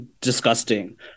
disgusting